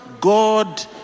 god